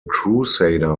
crusader